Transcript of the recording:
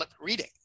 reading